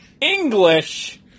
English